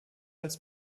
als